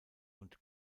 und